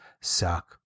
suck